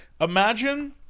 Imagine